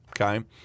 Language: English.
okay